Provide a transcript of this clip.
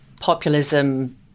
populism